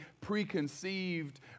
preconceived